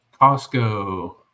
costco